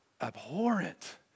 abhorrent